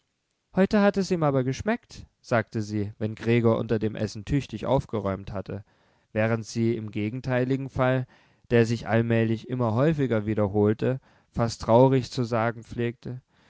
heute hat es ihm aber geschmeckt sagte sie wenn gregor unter dem essen tüchtig aufgeräumt hatte während sie im gegenteiligen fall der sich allmählich immer häufiger wiederholte fast traurig zu sagen pflegte